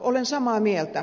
olen samaa mieltä